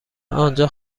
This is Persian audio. آنجا